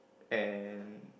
and